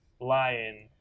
lion